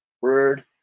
word